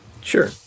Sure